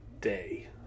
day